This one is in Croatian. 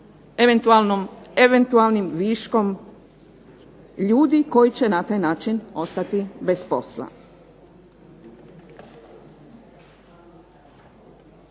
eventualnim viškom ljudi koji će na taj način ostati bez posla.